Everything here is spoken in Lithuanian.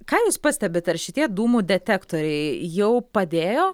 ką jūs pastebit ar šitie dūmų detektoriai jau padėjo